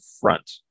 front